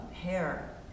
hair